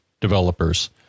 developers